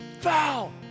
Foul